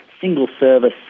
single-service